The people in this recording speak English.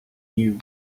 you